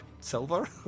silver